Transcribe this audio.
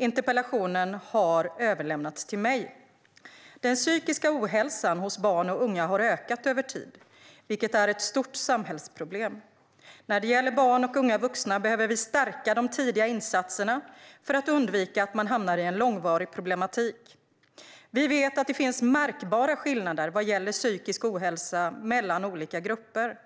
Interpellationen har överlämnats till mig. Den psykiska ohälsan hos barn och unga har ökat över tid, vilket är ett stort samhällsproblem. När det gäller barn och unga vuxna behöver vi stärka de tidiga insatserna för att undvika att de hamnar i en långvarig problematik. Vi vet att det finns märkbara skillnader vad gäller psykisk ohälsa mellan olika grupper.